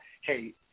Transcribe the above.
hey